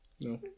No